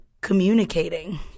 communicating